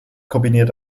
kombiniert